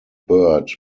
bird